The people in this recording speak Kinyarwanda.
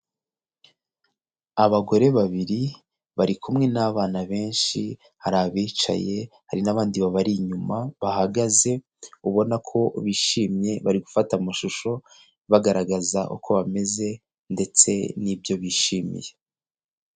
Abagore babiri bari kumwe n'abana benshi, hari abicaye hari n'abandi babiri inyuma bahagaze ubona ko bishimye bari gufata amashusho bagaragaza uko bameze ndetse n'ibyo bishimiye.